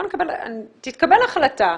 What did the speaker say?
תתקבל החלטה,